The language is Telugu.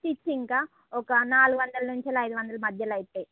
స్టిట్చింగ్ కా ఒక నాలుగు వందల నుంచి ఐదు వందల మధ్యలో అవుతాయి